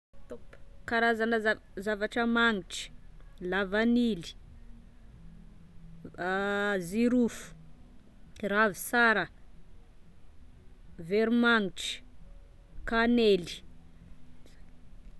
Karazana zava- zavatra magnitra, lavanily, zirofo, ravisara, veromagnitry, kanely.